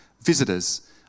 visitors